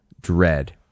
dread